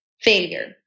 failure